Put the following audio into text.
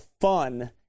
fun